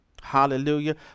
Hallelujah